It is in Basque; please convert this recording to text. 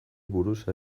buruz